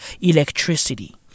electricity